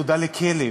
תודה לכלב.